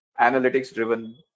analytics-driven